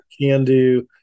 can-do